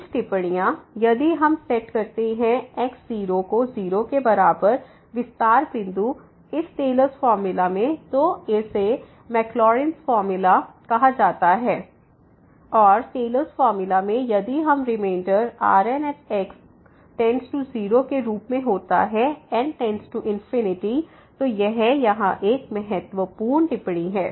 कुछ टिप्पणियां यदि हम सेट करते हैं x0 0 विस्तार बिंदु इस टेलर्स फार्मूला Taylor's formula में तो इसे मैकलॉरिन फार्मूला Maclaurin's formula कहा जाता है और टेलर्स फार्मूला Taylor's formula में यदि यह रिमेंडर Rn→0 के रूप में होता है n→∞ तो यह यहाँ एक महत्वपूर्ण टिप्पणी है